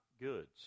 goods